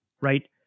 right